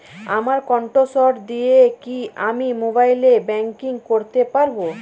আমার কন্ঠস্বর দিয়ে কি আমি মোবাইলে ব্যাংকিং করতে পারবো?